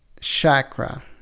chakra